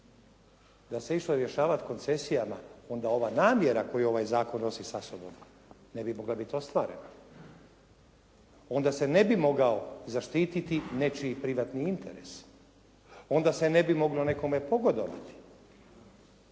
Da se išlo rješavati koncesijama onda ova namjera koju ovaj zakon nosi sa sobom ne bi mogla biti ostvarena. Onda se ne bi mogao zaštititi nečiji privatni interesi. Onda se ne bi moglo nekome pogodovati.